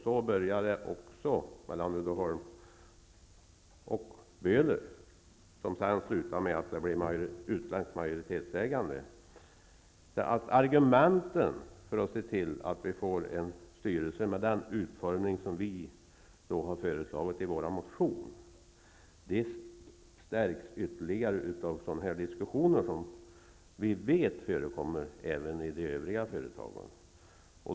Så började det mellan Uddeholm och Böhler, och det slutade med att det blev utländskt majoritetsägande. Argumenten för att se till att styrelserna får den utformning som vi har föreslagit i vår motion stärks ytterligare av sådana här diskussioner, som vi vet förekommer även i de övriga företagen.